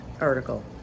article